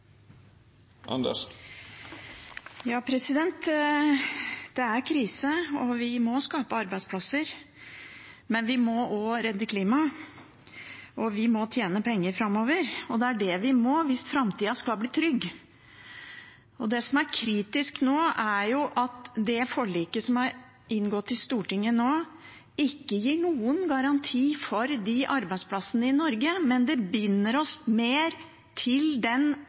Det er krise, og vi må skape arbeidsplasser, men vi må også redde klimaet, og vi må tjene penger framover. Det er det vi må hvis framtida skal bli trygg. Det som er kritisk nå, er jo at det forliket som er inngått i Stortinget nå, ikke gir noen garanti for de arbeidsplassene i Norge, men det binder oss mer til